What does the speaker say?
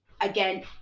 again